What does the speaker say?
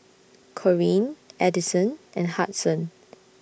Corene Adison and Hudson